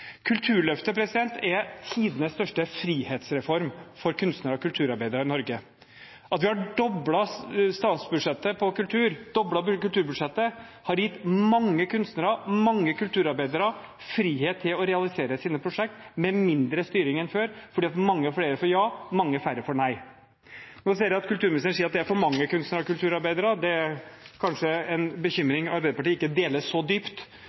Kulturløftet er tidenes største frihetsreform for kunstnere og kulturarbeidere i Norge. At vi har doblet kulturbudsjettet har gitt mange kunstnere og mange kulturarbeidere frihet til å realisere sine prosjekt med mindre styring enn før fordi mange flere får ja, mange færre får nei. Jeg ser at kulturministeren sier at det er for mange kunstnere og kulturarbeidere. Det er kanskje en bekymring Arbeiderpartiet ikke deler så dypt